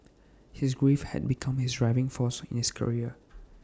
his grief had become his driving force in his career